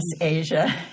Asia